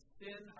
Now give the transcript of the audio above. sin